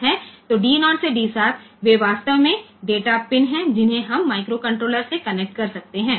તે D0 થી D7 વાસ્તવમાં ડેટા પિન છે જેને આપણે માઇક્રોકન્ટ્રોલર સાથે કનેક્ટ કરી શકીએ છીએ